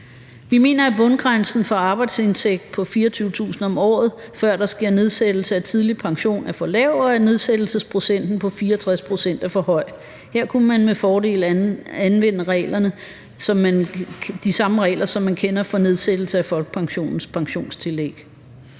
Vi mener, at bundgrænsen for arbejdsindtægt på 24.000 kr. om året, før der sker nedsættelse af tidlig pension, er for lav, og at nedsættelsesprocenten på 64 pct. er for høj. Her kunne man med fordel anvende de samme regler, som man kender fra nedsættelse af folkepensionens pensionstillæg.